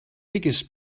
biggest